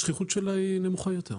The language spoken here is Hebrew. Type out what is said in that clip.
השכיחות שלה היא נמוכה יותר,